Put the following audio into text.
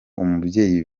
umubyeyi